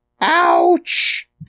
Ouch